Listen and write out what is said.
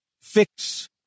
fix